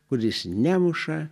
kuris nemuša